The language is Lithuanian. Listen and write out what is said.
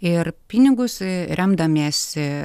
ir pinigus remdamiesi